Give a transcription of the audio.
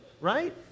Right